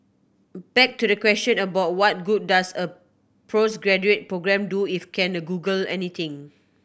back to the question about what good does a postgraduate programme do if can Google anything